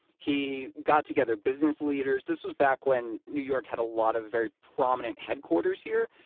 he got together business leaders. this was back when new york had a lot of very prominent headquarters here,